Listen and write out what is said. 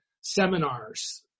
seminars